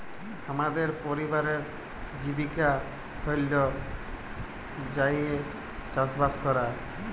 হামদের পরিবারের জীবিকা হল্য যাঁইয়ে চাসবাস করা